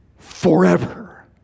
forever